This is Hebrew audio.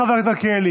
חבר הכנסת מלכיאלי.